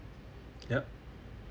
ya